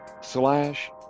slash